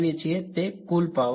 આપણે જે સાચવીએ છીએ તે કુલ પાવર